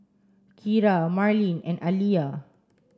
Kira Marlene and Aliyah